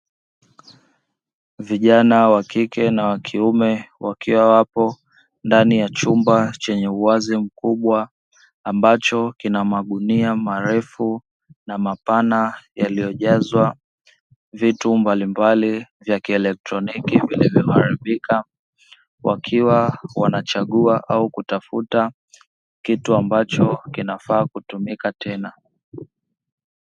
Vijana wa kike na wa kiume wakiwa wapo ndani ya chumba chenye uwazi mkubwa, ambacho kina magunia marefu na mapana yaliyojazwa vitu mbalimbali vya kielektroniki vilivoharibika, wakiwa wanachagua au kutafuta kitu ambacho kinafaa kutumika tena.